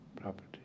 property